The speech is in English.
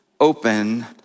open